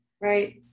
Right